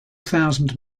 thousand